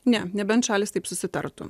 ne nebent šalys taip susitartų